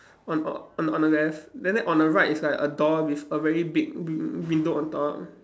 on o~ on on the left then on the right is like a door with a very big win~ window on top